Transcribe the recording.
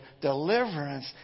deliverance